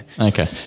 Okay